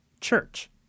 church